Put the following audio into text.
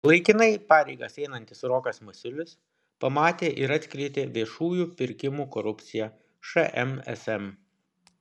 laikinai pareigas einantis rokas masiulis pamatė ir atskleidė viešųjų pirkimų korupciją šmsm